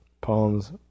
poems